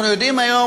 אנחנו יודעים היום,